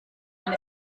man